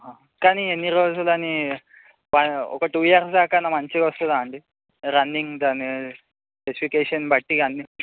కానీ ఎన్ని రోజులు అని ఒక టూ ఇయర్స్ దాకా అన్న మంచిగా వస్తుందా అండి రన్నింగ్ అని స్పెసిఫికేషన్ బట్టి అన్ని